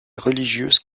religieuse